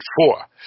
Four